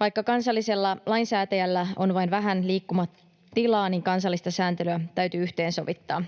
Vaikka kansallisella lainsäätäjällä on vain vähän liikkumatilaa, kansallista sääntelyä täytyy yhteensovittaa